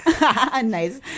Nice